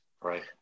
Right